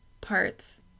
Parts